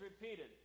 repeated